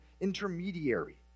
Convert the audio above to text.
intermediary